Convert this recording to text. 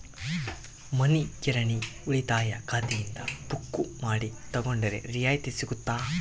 ಮನಿ ಕಿರಾಣಿ ಉಳಿತಾಯ ಖಾತೆಯಿಂದ ಬುಕ್ಕು ಮಾಡಿ ತಗೊಂಡರೆ ರಿಯಾಯಿತಿ ಸಿಗುತ್ತಾ?